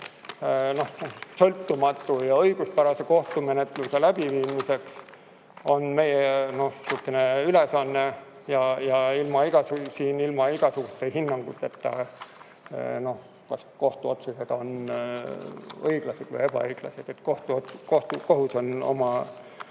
sõltumatu ja õiguspärase kohtumenetluse läbiviimiseks on meie ülesanne, ilma igasuguste hinnanguteta, kas kohtuotsused on õiglased või ebaõiglased. Kohus on